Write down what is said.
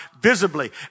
visibly